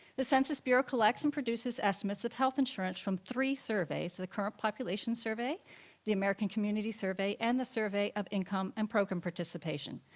the census bureau collects and produces estimates of health insurance from three surveys the current population survey the american communities survey and the survey of income and program participation.